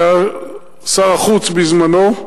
שהיה שר החוץ בזמנו,